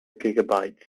gigabytes